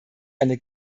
eine